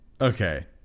Okay